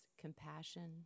compassion